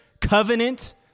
covenant